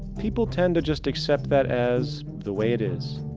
people tend to just accept that as the way it is,